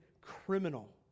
criminal